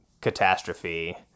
Catastrophe